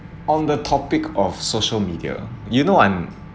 on the topic of social media you know I'm